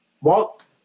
walk